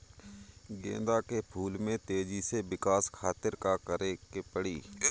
गेंदा के फूल में तेजी से विकास खातिर का करे के पड़ी?